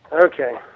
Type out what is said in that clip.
Okay